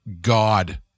god